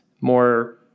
more